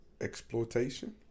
exploitation